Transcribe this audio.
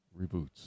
reboots